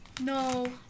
No